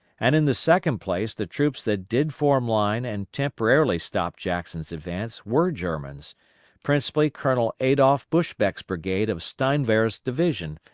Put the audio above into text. and in the second place the troops that did form line and temporarily stop jackson's advance were germans principally colonel adolph buschbeck's brigade of steinwehr's division,